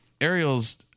Ariel's